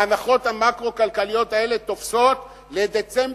ההנחות המקרו-כלכליות האלה תופסות לדצמבר